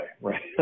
right